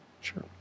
Sure